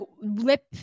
lip